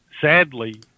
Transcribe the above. sadly